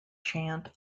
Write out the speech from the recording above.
chant